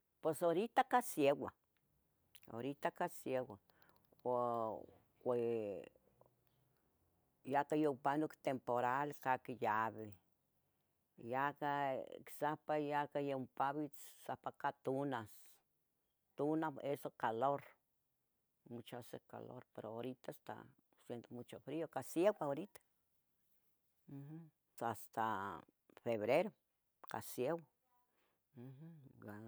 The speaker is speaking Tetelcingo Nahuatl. Pos horita ca sieua, horita ca sieua, ua, ue. ya ata yupanuc tempural sa quiyavi, yajah. ic sahpah ya ca yompavits sapaca ya tunas, tuna eso calor, mucho hace calor, pero, horita esta haciendo mucho frio, sieua. horita, mjum, hasta febrero ca sieua, mjum.